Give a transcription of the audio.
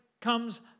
comes